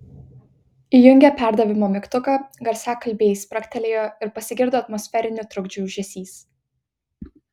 įjungė perdavimo mygtuką garsiakalbiai spragtelėjo ir pasigirdo atmosferinių trukdžių ūžesys